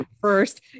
First